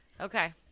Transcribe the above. Okay